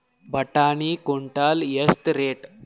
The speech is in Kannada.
ಬಟಾಣಿ ಕುಂಟಲ ಎಷ್ಟು ರೇಟ್?